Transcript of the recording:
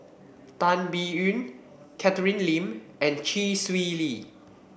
Tan Biyun Catherine Lim and Chee Swee Lee